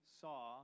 saw